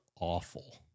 awful